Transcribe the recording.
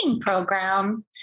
program